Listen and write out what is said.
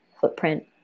footprint